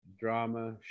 Drama